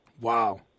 Wow